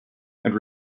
and